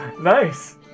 Nice